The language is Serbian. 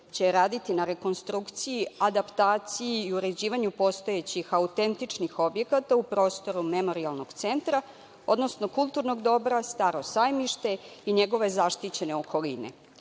će raditi na rekonstrukciji, adaptaciji i uređivanju postojećih autentičnih objekata u prostoru memorijalnog centra, odnosno kulturnog dobra Staro sajmište i njegove zaštićene okoline.U